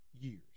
years